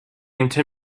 into